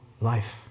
life